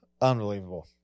unbelievable